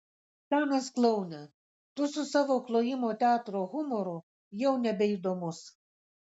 senas kloune tu su savo klojimo teatro humoru jau nebeįdomus